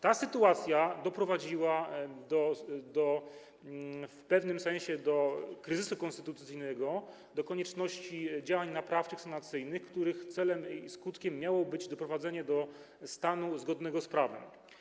Ta sytuacja doprowadziła w pewnym sensie do kryzysu konstytucyjnego, do konieczności działań naprawczych, sanacyjnych, których celem i skutkiem miało być doprowadzenie do stanu zgodnego z prawem.